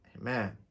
Amen